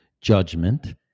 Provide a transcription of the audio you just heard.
judgment